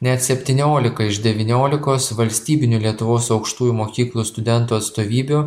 net septyniolika iš devyniolikos valstybinių lietuvos aukštųjų mokyklų studentų atstovybių